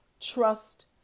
Trust